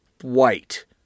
white